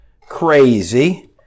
crazy